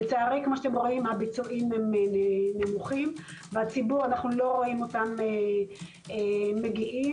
לצערי הביצועים נמוכים והציבור לא מגיע.